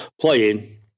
playing